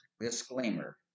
disclaimer